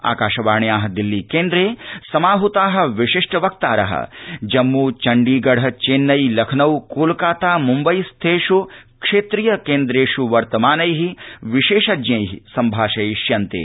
आकाशवाण्या दिल्ली केन्द्रे समाहता विशिष्ट वक्तार जम्मू चण्डीगढ चेन्नई लखनऊ कोलकाता मुम्बईस्थेष् क्षेत्रीय केन्द्रेष् वर्तमानै विशेषज्ञै सम्भाषयिष्यन्ते